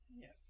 Yes